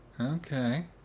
Okay